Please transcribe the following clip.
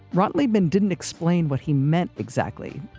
ron liebman didn't explain what he meant, exactly,